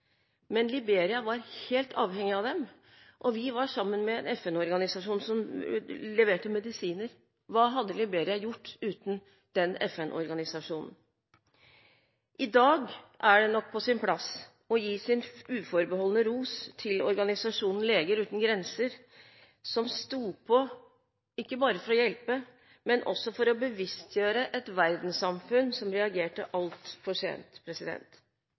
men Liberia var helt avhengig av dem. Vi var sammen med en FN-organisasjon som leverte medisiner. Hva hadde Liberia gjort uten den FN-organisasjonen? I dag er det nok på sin plass å gi sin uforbeholdne ros til organisasjonen Leger Uten Grenser, som sto på ikke bare for å hjelpe, men også for å bevisstgjøre et verdenssamfunn som reagerte altfor sent.